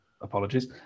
apologies